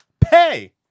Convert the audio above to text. pay